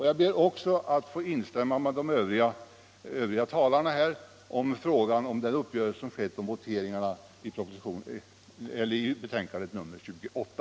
Jag ber också att få instämma i vad övriga talare här har sagt om den uppgörelse som skett om voteringarna med anledning av betänkandet nr 28.